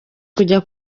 kujya